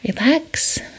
relax